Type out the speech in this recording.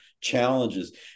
challenges